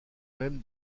même